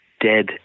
dead